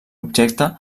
objecte